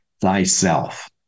thyself